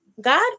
God